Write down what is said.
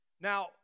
Now